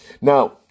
Now